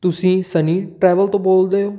ਤੁਸੀਂ Sunny travel ਤੋਂ ਬੋਲਦੇ ਹੋ